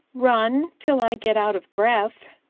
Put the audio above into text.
run till i get out of breath,